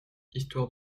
histoire